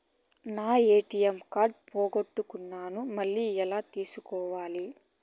నా ATM card పోగొట్టుకున్నాను, మళ్ళీ ఎలా తీసుకోవాలి?